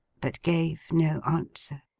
but gave no answer.